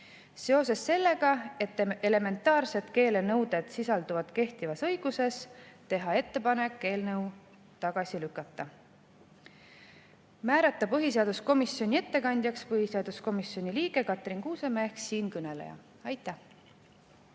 seoses sellega, et elementaarsed keelenõuded sisalduvad kehtivas õiguses, teha ettepanek eelnõu tagasi lükata, ja määrata põhiseaduskomisjoni ettekandjaks põhiseaduskomisjoni liige Katrin Kuusemäe ehk siinkõneleja. Aitäh!